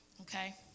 okay